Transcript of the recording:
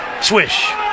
Swish